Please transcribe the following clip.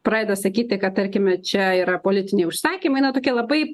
pradeda sakyti kad tarkime čia yra politiniai užsakymai na tokie labai